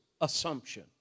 assumption